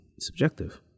subjective